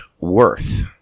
worth